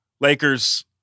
Lakers